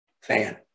fan